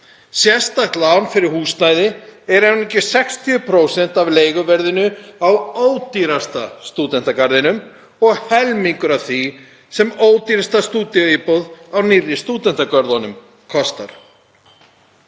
Sérstakt lán fyrir húsnæði er einungis 60% af leiguverðinu á ódýrasta stúdentagarðinum og helmingur af því sem ódýrasta stúdíóíbúð á nýrri stúdentagörðunum kostar.